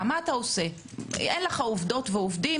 אין לך עובדות ועובדים,